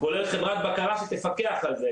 כולל חברת בקרה שתפקח על זה,